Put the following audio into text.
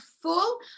full